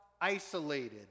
isolated